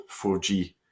4G